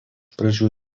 pradžių